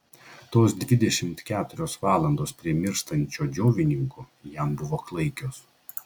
tos dvidešimt keturios valandos prie mirštančio džiovininko jam buvo klaikios